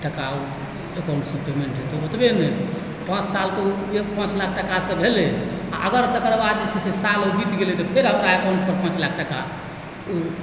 टाका ओ अकाउण्टसँ पेमेन्ट हेतैक ओतबे नहि पाञ्च साल तऽ ओ पाञ्च लाख टाकासँ भेलै आओर अगर तकर बाद जे छै से साल ओ बीत गेलै तऽ फेर ओ पाञ्च लाख टाका ओ